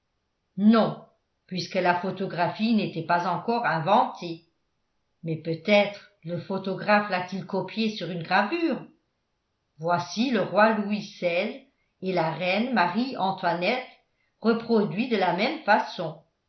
non puisque la photographie n'était pas encore inventée mais peut-être le photographe l'a-t-il copié sur une gravure voici le roi louis xvi et la reine marie-antoinette reproduits de la même façon